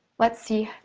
let's see,